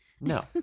No